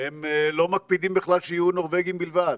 הם לא מקפידים בכלל שיהיו נורבגים בכלל,